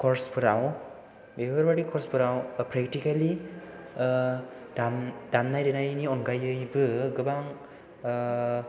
कर्सफोराव बेफोरबायदि कर्सफोराव प्रेक्टिकेलि दाम दामनाय देनायनि अनगायैबो गोबां